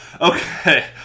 Okay